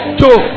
two